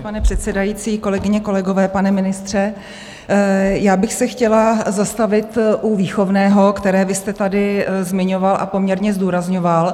Vážený pane předsedající, kolegyně, kolegové, pane ministře, já bych se chtěla zastavit u výchovného, které vy jste tady zmiňoval a poměrně zdůrazňoval.